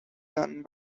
done